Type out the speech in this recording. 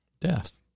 death